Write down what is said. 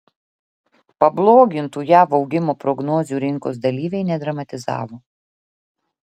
pablogintų jav augimo prognozių rinkos dalyviai nedramatizavo